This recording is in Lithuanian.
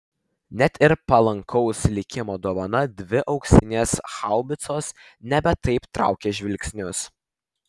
net ir palankaus likimo dovana dvi auksinės haubicos nebe taip traukė žvilgsnius